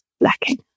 lacking